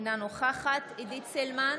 אינה נוכחת עידית סילמן,